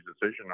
decision